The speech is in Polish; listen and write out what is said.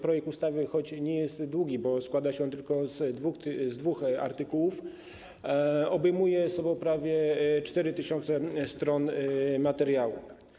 Projekt ustawy, choć nie jest długi, bo składa się tylko z dwóch artykułów, obejmuje prawie 4 tys. stron materiału.